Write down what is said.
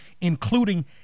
including